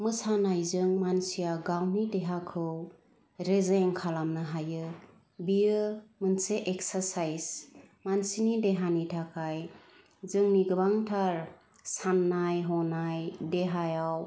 मोसानायजों मानसिया गावनि देहाखौ रेजें खालामनो हायो बियो मोनसे एखसासाइस मानसिनि देहानि थाखाय जोंनि गोबांथार साननाय हनाय देहायाव